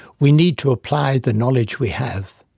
we need to apply the knowledge we have.